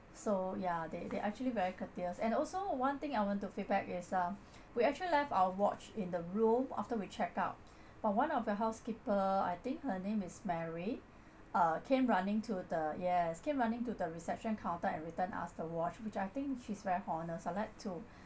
so ya they they actually very courteous and also one thing I want to feedback is uh we actually left our watch in the room after we check out but one of the housekeeper I think her name is mary uh came running to the yes came running to the reception counter and return us the watch which I think she's very honest I'd like to